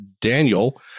Daniel